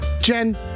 Jen